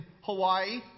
Hawaii